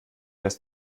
das